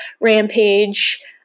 rampage